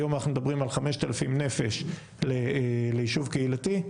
היום אנחנו מדברים על 5,000 נפש ליישוב קהילתי,